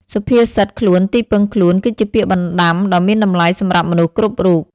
សុភាសិត «ខ្លួនទីពឹងខ្លួន» គឺជាពាក្យបណ្ដាំដ៏មានតម្លៃសម្រាប់មនុស្សគ្រប់រូប។